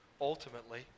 ultimately